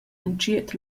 entschiet